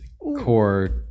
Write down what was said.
core